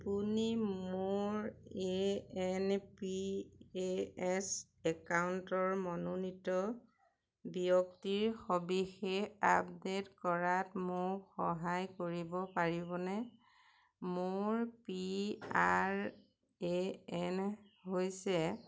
আপুনি মোৰ A N P A S একাউণ্টৰ মনোনীত ব্যক্তিৰ সবিশেষ আপডেট কৰাত মোক সহায় কৰিব পাৰিবনে মোৰ পি আৰ এ এন হৈছে